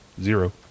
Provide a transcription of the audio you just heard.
Zero